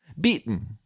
beaten